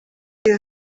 you